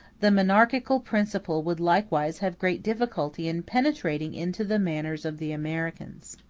the monarchical principle would likewise have great difficulty in penetrating into the manners of the americans.